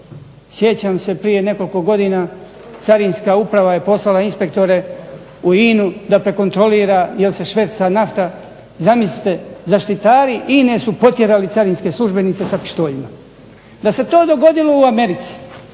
Sjećam se prije nekoliko godina carinska uprava je poslala inspektore u INA-u da prekontroliraju jel se šverca nafta. Zamislite, zaštitari INA-e su potjerali carinske službenice sa pištoljima. Da se to dogodilo u Americi